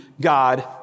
God